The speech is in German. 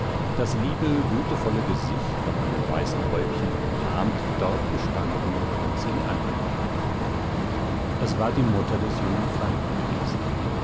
das liebe gütevolle gesicht von einem weißen häubchen umrahmt dort gestanden und sie angeredet es war die mutter des jungen frank gewesen